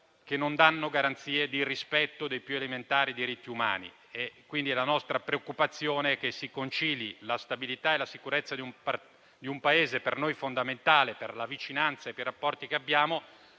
che non danno garanzie del rispetto dei più elementari diritti umani. Quindi la nostra preoccupazione è che si concilino la stabilità e la sicurezza di un Paese, per noi fondamentale per la vicinanza e i rapporti che abbiamo,